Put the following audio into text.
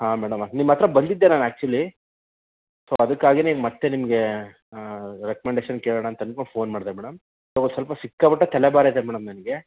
ಹಾಂ ಮೇಡಮ್ ನಿಮ್ಮ ಹತ್ರ ಬಂದಿದ್ದೆ ನಾನು ಆ್ಯಕ್ಚುಲಿ ಸೊ ಅದಕ್ಕಾಗಿ ನಿಮ್ಮ ಮತ್ತೆ ನಿಮಗೆ ರೆಕ್ಮಂಡೇಷನ್ ಕೇಳೋಣ ಅನ್ಕೊಂಡು ಫೋನ್ ಮಾಡಿದೆ ಮೇಡಮ್ ಸೊ ಒಂದು ಸ್ವಲ್ಪ ಸಿಕ್ಕಾಪಟ್ಟೆ ತಲೆಭಾರ ಇದೆ ಮೇಡಮ್ ನನಗೆ